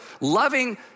loving